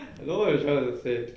I don't know what you trying to say